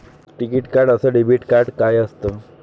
टिकीत कार्ड अस debit card काय असत?